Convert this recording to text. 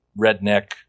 redneck